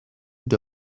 due